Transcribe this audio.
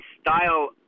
style